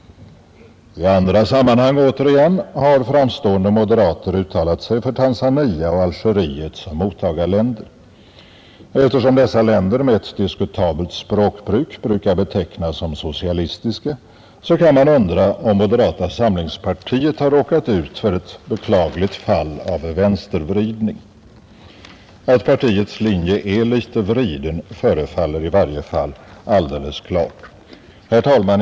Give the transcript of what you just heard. I andra sammanhang återigen har framstående moderater uttalat sig för Tanzania och Algeriet som mottagarländer. Eftersom dessa länder med ett diskutabelt språkbruk brukar betecknas som socialistiska, kan man undra om moderata samlingspartiet har råkat ut för ett beklagligt fall av vänstervridning. Att partiets linje är litet vriden förefaller i varje fall alldeles klart. Herr talman!